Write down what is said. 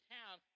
town